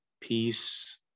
Peace